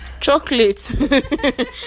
chocolate